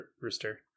Rooster